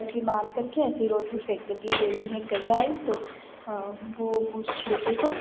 गठ्ठी बाँध कर के ऐसे ही रोड पर फेंक देती है तो एक दिन एक गैया आई तो वह उस छिलके को